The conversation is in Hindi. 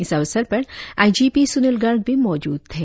इस अवसर पर आईजीपी सुनील गर्ग भी मौजूद थे